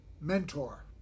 mentor